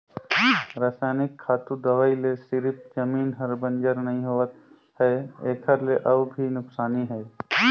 रसइनिक खातू, दवई ले सिरिफ जमीन हर बंजर नइ होवत है एखर ले अउ भी नुकसानी हे